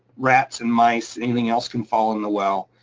rats and mice, anything else can fall in the well.